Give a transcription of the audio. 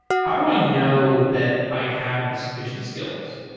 how do i know that i have the suffi cient skills?